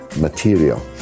material